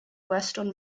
western